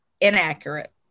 inaccurate